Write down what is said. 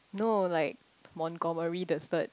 no like Mongomery the third